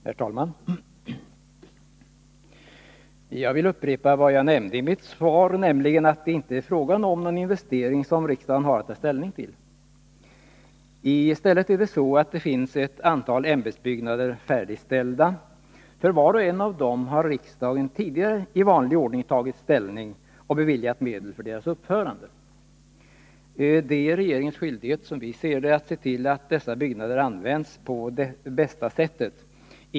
Herr talman! Jag vill upprepa vad jag nämnde i mitt svar, nämligen att det inte är fråga om någon investering, som riksdagen har att ta ställning till. I stället är det så att det finns ett antal ämbetsbyggnader färdigställda. Var och en av dem har riksdagen tidigare i vanlig ordning tagit ställning till och beviljat medel för. Det är som vi ser det regeringens skyldighet att se till att dessa byggnader används på det bästa sättet.